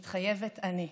מתחייבת אני.